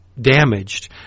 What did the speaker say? damaged